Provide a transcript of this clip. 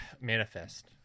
manifest